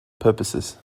purposes